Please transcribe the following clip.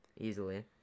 easily